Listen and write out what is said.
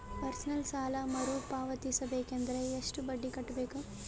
Personal ಸಾಲ ಮರು ಪಾವತಿಸಬೇಕಂದರ ಎಷ್ಟ ಬಡ್ಡಿ ಕಟ್ಟಬೇಕು?